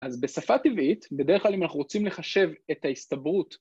אז בשפה טבעית, בדרך כלל אם אנחנו רוצים לחשב את ההסתברות